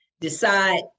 Decide